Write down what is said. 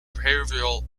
behavioral